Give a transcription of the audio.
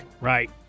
Right